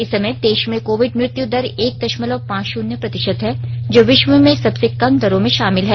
इस समय देश में कोविड मृत्यु दर एक दशमलव पांच शून्य प्रतिशत है जो विश्व में सबसे कम दरों में शामिल है